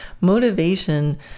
motivation